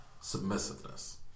Submissiveness